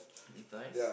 it's nice